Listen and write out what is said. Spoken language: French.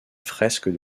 fresques